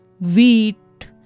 wheat